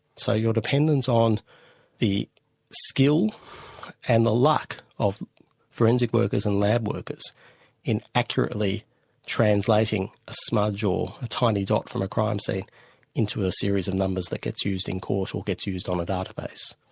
so you're dependent on the skill and the luck of forensic workers and lab workers in accurately translating a smudge or a tiny dot from the crime scene into a series of numbers that gets used in court, or gets used on the database.